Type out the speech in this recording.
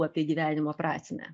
apie gyvenimo prasmę